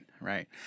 Right